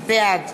בעד